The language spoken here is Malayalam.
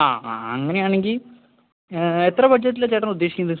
ആ ആ അങ്ങനെ ആണെങ്കിൽ എത്ര ബഡ്ജറ്റിലാ ചേട്ടൻ ഉദ്ദേശിക്കുന്നത്